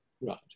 Right